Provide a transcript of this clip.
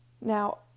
Now